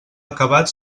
acabat